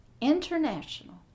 International